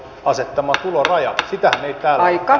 sitähän ei täällä ole päätetty